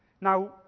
Now